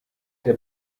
der